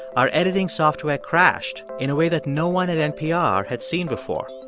our editing software crashed in a way that no one at npr had seen before.